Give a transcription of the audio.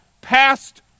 passed